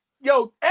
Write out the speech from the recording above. yo